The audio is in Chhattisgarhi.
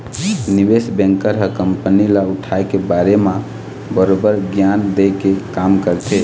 निवेस बेंकर ह कंपनी ल उठाय के बारे म बरोबर गियान देय के काम करथे